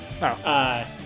No